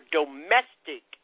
domestic